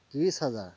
ত্ৰিছ হাজাৰ